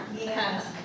yes